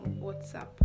WhatsApp